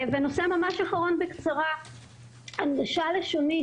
נושא אחרון הוא הנגשה לשונית.